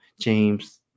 James